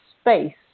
space